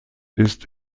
ist